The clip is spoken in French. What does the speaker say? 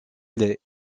aller